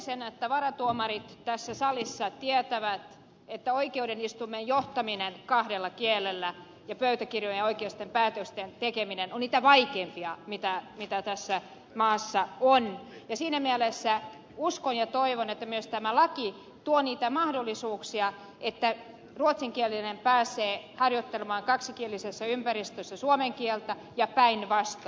luulisin että varatuomarit tässä salissa tietävät että oikeudenistunnon johtaminen kahdella kielellä ja pöytäkirjojen ja oikeudellisten päätösten tekeminen ovat niitä vaikeimpia mitä tässä maassa on ja siinä mielessä uskon ja toivon että myös tämä laki tuo niitä mahdollisuuksia että ruotsinkielinen pääsee harjoittelemaan kaksikielisessä ympäristössä suomen kieltä ja päinvastoin